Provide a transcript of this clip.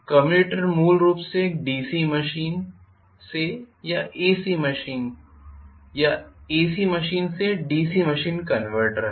commutator मूल रूप से एक डीसी से एसी या एसी से डीसी कनवर्टर है